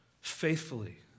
faithfully